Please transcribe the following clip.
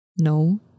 No